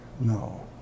No